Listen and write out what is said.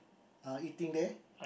uh eating there